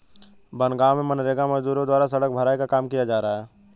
बनगाँव में मनरेगा मजदूरों के द्वारा सड़क भराई का काम किया जा रहा है